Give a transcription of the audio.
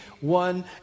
one